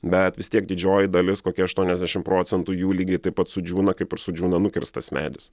bet vis tiek didžioji dalis kokie aštuoniasdešim procentų jų lygiai taip pat sudžiūna kaip ir sudžiūna nukirstas medis